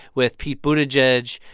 with pete buttigieg,